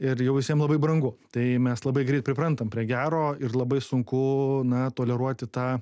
ir jau visiem labai brangu tai mes labai greit priprantam prie gero ir labai sunku na toleruoti tą